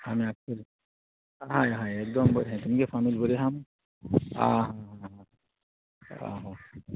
आमी आय हय एकदम बरी तुमगे फामीत बरी हा आ हा हा हा आ